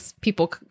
people